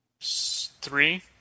Three